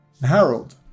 Harold